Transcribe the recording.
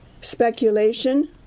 Speculation